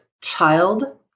child